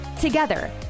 Together